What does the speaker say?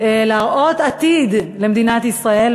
להראות עתיד למדינת ישראל,